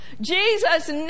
Jesus